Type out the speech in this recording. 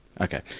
Okay